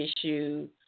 issue